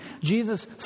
Jesus